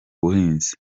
buhinzi